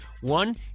one